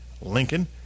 Lincoln